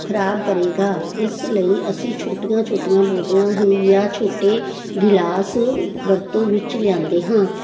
ਖਰਾਬ ਕਰੇਗਾ ਇਸ ਲਈ ਅਸੀਂ ਛੋਟੀਆਂ ਛੋਟੀਆਂ ਬੋਤਲਾਂ ਹੀ ਜਾਂ ਛੋਟੇ ਗਿਲਾਸ ਵਰਤੋਂ ਵਿੱਚ ਲਿਆਉਂਦੇ ਹਾਂ